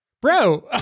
bro